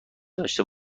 داشته